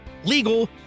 Legal